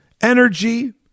energy